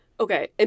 Okay